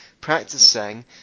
practicing